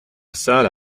salle